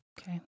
Okay